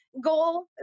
goal